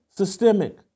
systemic